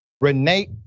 Renee